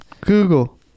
Google